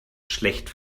schlecht